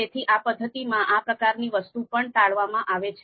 તેથી આ પદ્ધતિમાં આ પ્રકારની વસ્તુ પણ ટાળવામાં આવે છે